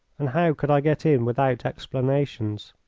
and how could i get in without explanations?